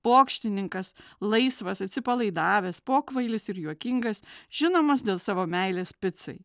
pokštininkas laisvas atsipalaidavęs pokvailis ir juokingas žinomas dėl savo meilės picai